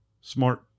smart